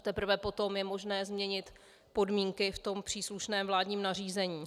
Teprve potom je možné změnit podmínky v příslušném vládním nařízení.